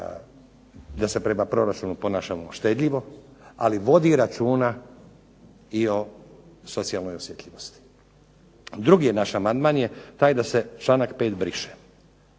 da se prema proračunu ponašamo štedljivo. Ali vodi računa i o socijalnoj osjetljivosti. Drugi je naš amandman taj da se članak 5. briše,